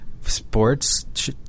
Sports